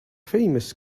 famous